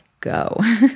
go